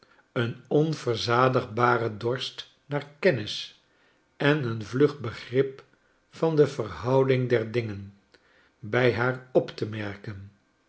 een onverzadigbaren dorst naar kennis en een vlug begrip van de verhouding der dingen by haar op te merken